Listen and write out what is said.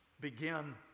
begin